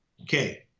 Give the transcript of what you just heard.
okay